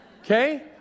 Okay